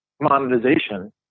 monetization